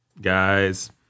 guys